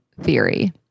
theory